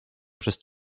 przez